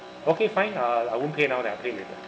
okay fine uh I won't pay now then I'll pay later